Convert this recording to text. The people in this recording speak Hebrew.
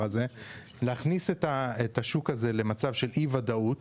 ולהכניס את השוק הזה למצב של אי ודאות